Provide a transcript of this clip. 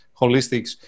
Holistics